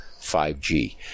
5G